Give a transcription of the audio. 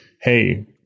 hey